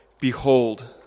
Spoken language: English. behold